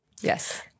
yes